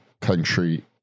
country